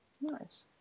Nice